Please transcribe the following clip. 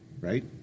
right